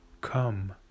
Come